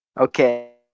Okay